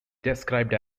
described